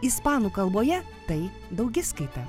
ispanų kalboje tai daugiskaita